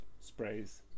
sprays